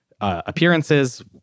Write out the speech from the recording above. appearances